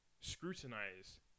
scrutinize